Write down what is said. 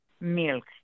milk